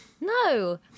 No